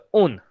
own